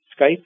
Skype